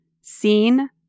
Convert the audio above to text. seen